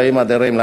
אלוהים אדירים,